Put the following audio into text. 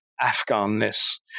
Afghan-ness